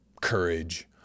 Courage